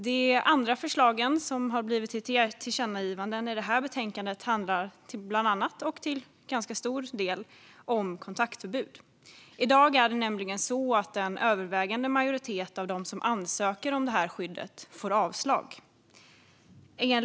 De andra förslagen som har blivit tillkännagivanden i detta betänkande handlar bland annat, och till ganska stor del, om kontaktförbud. I dag får nämligen en övervägande majoritet av de som ansöker om det här skyddet avslag.